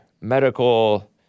medical